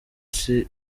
misi